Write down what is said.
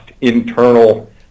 internal